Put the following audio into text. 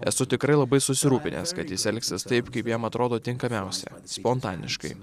esu tikrai labai susirūpinęs kad jis elgsis taip kaip jam atrodo tinkamiausia spontaniškai